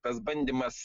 tas bandymas